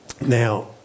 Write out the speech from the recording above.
Now